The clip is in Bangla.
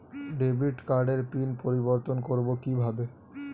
ডেবিট কার্ডের পিন পরিবর্তন করবো কীভাবে?